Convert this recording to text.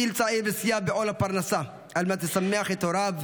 הוא עבד מגיל צעיר וסייע בעול הפרנסה על מנת לשמח את הוריו,